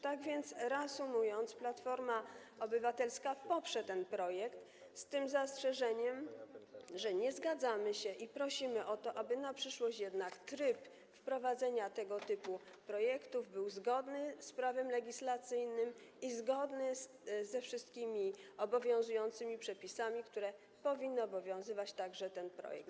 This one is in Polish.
Tak więc, reasumując, Platforma Obywatelska poprze ten projekt, z tym zastrzeżeniem, że nie zgadzamy się i prosimy o to, aby na przyszłość jednak tryb wprowadzenia tego typu projektów był zgodny z prawem legislacyjnym i zgodny ze wszystkimi obowiązującymi przepisami, które powinny obowiązywać także w odniesieniu do tego projektu.